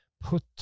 put